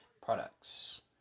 products